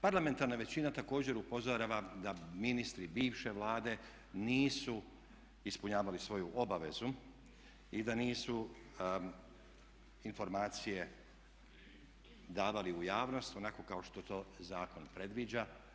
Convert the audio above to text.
Parlamenta većina također upozorava da ministri bivše Vlade nisu ispunjavali svoju obavezu i da nisu informacije davali u javnost onako kao što to zakon predviđa.